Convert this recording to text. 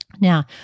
Now